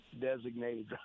designated